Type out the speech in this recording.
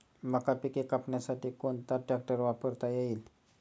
मका पिके कापण्यासाठी कोणता ट्रॅक्टर वापरता येईल?